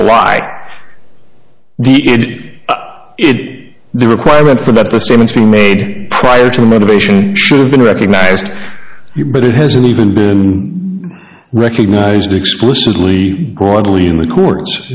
to lie the id the requirement for that the statements being made prior to the motivation should have been recognized but it hasn't even been recognized explicitly broadly in the courts